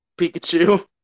Pikachu